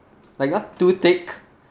like ya too thick